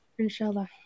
inshallah